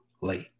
late